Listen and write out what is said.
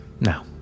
Now